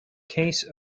case